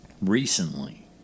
recently